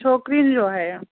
छोकिरी जो आहे या